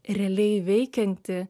realiai veikianti